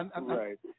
Right